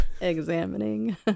Examining